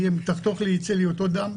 כי אם תחתוך לי ייצא לי אותו דם,